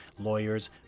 lawyers